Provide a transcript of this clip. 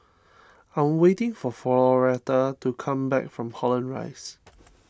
I am waiting for Floretta to come back from Holland Rise